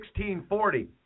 1640